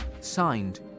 Signed